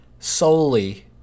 Solely